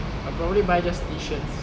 I probably buy just T shirts